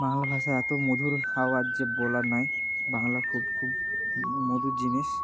বাংলা ভাষা এতো মধুর আওয়াজ যে বলার নয় বাংলা খুব খুব মধুর জিনিস